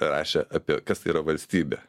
rašė apie kas tai yra valstybė